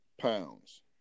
pounds